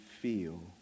feel